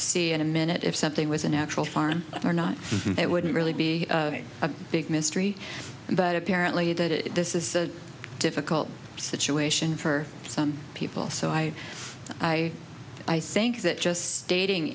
see in a minute if something was a natural farm or not it wouldn't really be a big mystery but apparently that this is a difficult situation for some people so i i i think that just stating